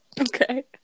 okay